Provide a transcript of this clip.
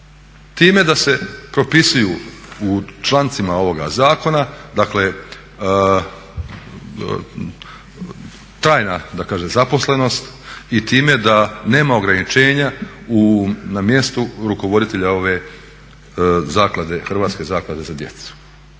Time da se propisuju u člancima ovoga zakona dakle tajna da kažem zaposlenost i time da nema ograničenja na mjestu rukovoditelja ove zaklade, Hrvatske zaklade za djecu